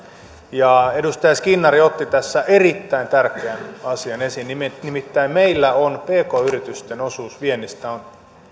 ja edustaja skinnari otti tässä erittäin tärkeän asian esiin nimittäin meillä on pk yritysten osuus viennistä